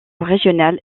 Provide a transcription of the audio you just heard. régionales